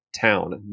town